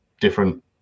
different